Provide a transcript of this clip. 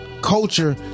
culture